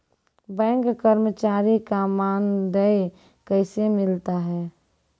Bank कर्मचारी का मानदेय कैसे मिलता हैं?